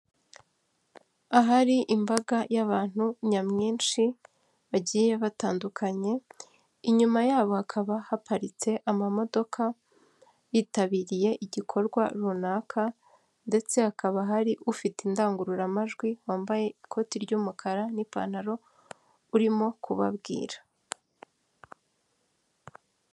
Ahari imbaga y'abantu nyamwinshi bagiye batandukanye, inyuma yabo hakaba haparitse amamodoka yitabiriye igikorwa runaka, ndetse hakaba hari ufite indangururamajwi wambaye ikoti ry'umukara n'ipantaro, urimo kubabwira.